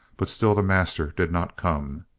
but still the master did not come.